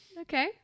Okay